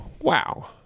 wow